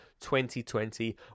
2020